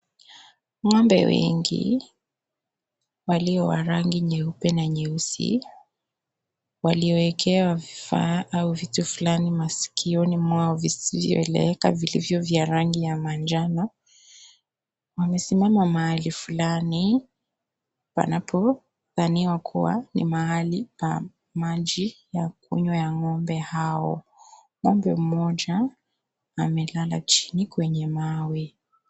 Ng'ombe wengi walio wa rangi nyeupe na nyeusi walioekewa vifaa au vitu fulani maskioni mwao visivyoeleweka vilivyo vya rangi ya manjano wamesimama mahali fulani panapo dhaniwa kuwa ni mahali pa maji ya kunywa ya ng'ombe hao . Ng'ombe mmoja amelala chini kwenye mawe.